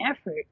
effort